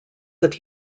that